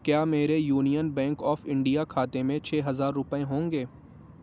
کیا میرے Union Bank of India کھاتے میں چھ ہزار روپئے ہوں گے